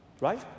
right